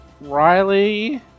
Riley